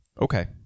Okay